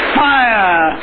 fire